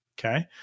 Okay